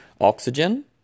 Oxygen